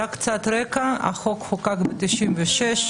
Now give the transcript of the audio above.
קצת רקע: החוק חוקק ב-96',